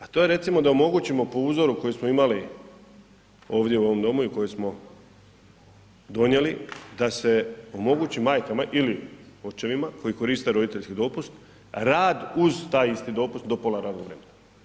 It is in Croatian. A to je recimo da omogućimo po uzoru koji smo imali ovdje u ovom domu i koji smo donijeli da se omogući majkama ili očevima koji koriste roditeljski dopust, rad uz taj isti dopust do pola radnog vremena.